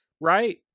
right